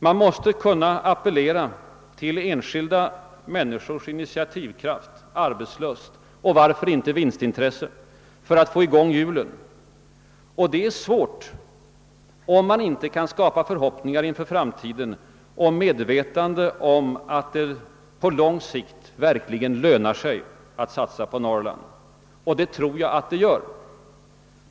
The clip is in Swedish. Man måste kunna appellera till enskilda människors initiativkraft, arbetslust och — varför inte — vinstintresse för att få hjulen i gång. Det är svårt om man inte kan skapa förhoppningar inför framtiden och medvetande om att det på lång sikt verkligen lönar sig att satsa på Norrland. Det tror jag att det gör.